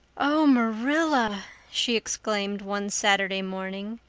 oh, marilla, she exclaimed one saturday morning,